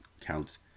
counts